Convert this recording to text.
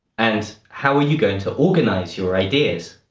and, how are you going to organize your ideas?